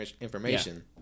information